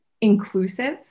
inclusive